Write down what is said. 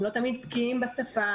הם לא תמיד בקיאים בשפה,